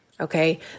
Okay